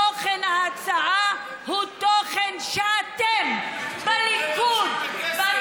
תוכן ההצעה הוא תוכן שאתם בליכוד, כסף.